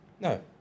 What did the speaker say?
No